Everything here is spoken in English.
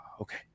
okay